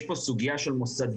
יש פה סוגיה של מוסדות,